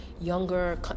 younger